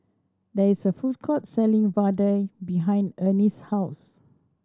there is a food court selling vadai behind Ernie's house